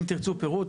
אם תרצו פירוט,